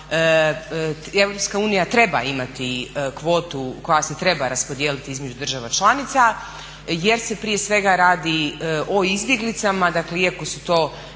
da EU treba imati kvotu koja se treba raspodijeliti između država članica jer se prije svega radi o izbjeglicama dakle iako su to